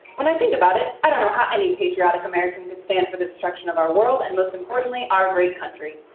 when i think about it, i don't know how any patriotic american could stand for the destruction of our world, and most importantly, our great country.